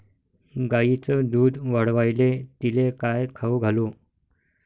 गायीचं दुध वाढवायले तिले काय खाऊ घालू?